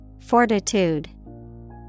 Fortitude